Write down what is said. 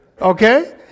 okay